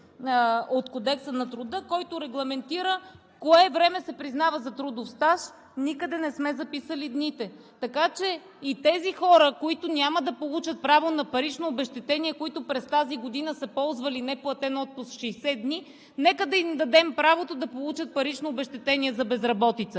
от Кодекса на труда, който регламентира кое време се признава за трудов стаж. Никъде не сме записали дните. Така че и на тези хора, които няма да получат право на парично обезщетение и които през тази година са ползвали неплатен отпуск 60 дни, нека да им дадем правото да получат парично обезщетение за безработица.